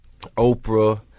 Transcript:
Oprah